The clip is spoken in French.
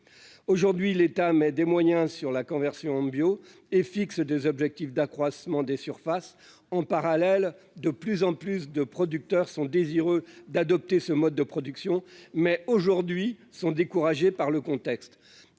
aujourd'hui, l'État met des moyens sur la conversion en bio et fixe des objectifs d'accroissement des surfaces en parallèle de plus en plus de producteurs sont désireux d'adopter ce mode de production mais aujourd'hui sont découragés par le contexte,